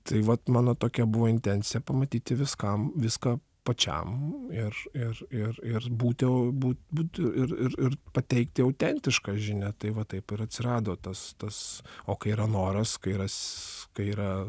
tai vat mano tokia buvo intencija pamatyti viskam viską pačiam ir ir ir ir būti būt būt ir ir ir pateikti autentišką žinią tai va taip ir atsirado tas tas o kai yra noras kai yra s kai yra